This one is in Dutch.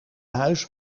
huis